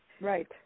right